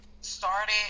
started